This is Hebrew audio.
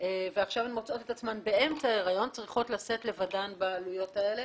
ועכשיו הן מוצאות את עצמן באמצע הריון צריכות לשאת לבדן בעלויות האלה.